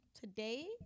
today